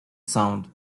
sound